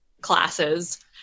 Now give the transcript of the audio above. classes